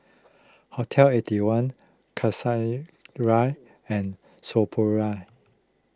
Hotel Eighty One and Sephora